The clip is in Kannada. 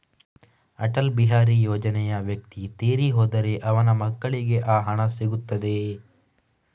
ಅಟಲ್ ಬಿಹಾರಿ ಯೋಜನೆಯ ವ್ಯಕ್ತಿ ತೀರಿ ಹೋದರೆ ಅವರ ಮಕ್ಕಳಿಗೆ ಆ ಹಣ ಸಿಗುತ್ತದೆಯೇ?